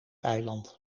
eiland